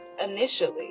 initially